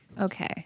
Okay